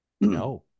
No